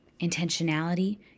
intentionality